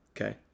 Okay